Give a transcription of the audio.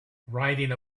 riding